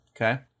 okay